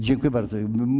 Dziękuję bardzo.